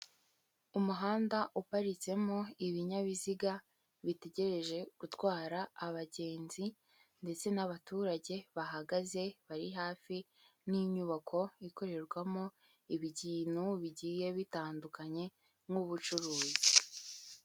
Umuhanda uparitsemo ibinyabiziga bitegereje gutwara abagenzi, ndetse n'abaturage bahagaze bari hafi n'inyubako ikorerwamo ibintu bigiye bitandukanye nk'ubucuruzi.